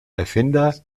erfinder